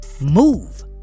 move